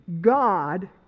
God